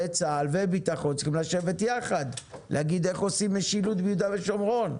צה"ל וביטחון צריכים לשבת יחד ולהגיד כיצד עושים משילות ביהודה ושומרון,